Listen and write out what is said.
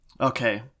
Okay